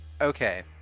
Okay